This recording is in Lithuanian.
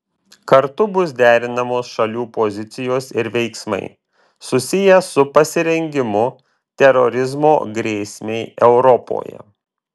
kartu bus derinamos šalių pozicijos ir veiksmai susiję su pasirengimu terorizmo grėsmei europoje